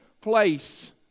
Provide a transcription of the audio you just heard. place